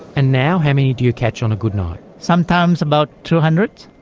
and now how many do you catch on a good night? sometimes about two hundred.